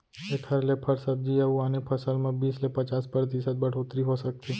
एखर ले फर, सब्जी अउ आने फसल म बीस ले पचास परतिसत बड़होत्तरी हो सकथे